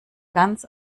ganz